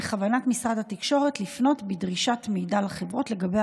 בכוונת משרד התקשורת לפנות בדרישת מידע לחברות בקשר